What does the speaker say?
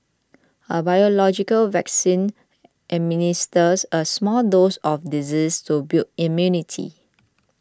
a biological vaccine administers a small dose of the disease to build immunity